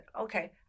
Okay